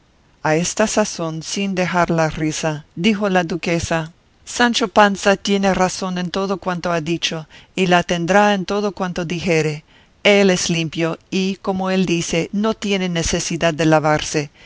a esta sazón sin dejar la risa dijo la duquesa sancho panza tiene razón en todo cuanto ha dicho y la tendrá en todo cuanto dijere él es limpio y como él dice no tiene necesidad de lavarse